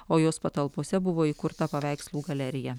o jos patalpose buvo įkurta paveikslų galerija